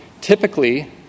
typically